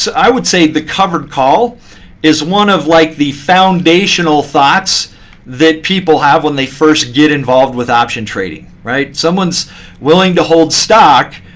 i would say the covered call is one of like the foundational thoughts that people have when they first get involved with option trading. someone's willing to hold stock,